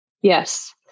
Yes